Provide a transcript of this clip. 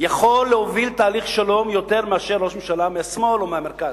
יכול להוביל תהליך שלום יותר מאשר ראש ממשלה מהשמאל או מהמרכז.